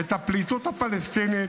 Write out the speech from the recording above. את הפליטות הפלסטינית